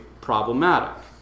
problematic